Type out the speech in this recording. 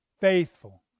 faithful